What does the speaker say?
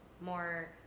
more